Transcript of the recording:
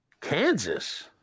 Kansas